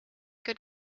good